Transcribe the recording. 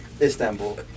Istanbul